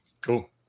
Cool